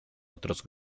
otros